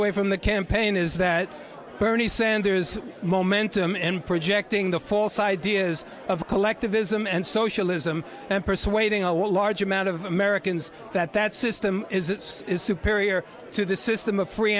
away from the campaign is that bernie sanders momentum and projecting the false ideas of collectivism and socialism and persuading a large amount of americans that that system is this is superior to the system of free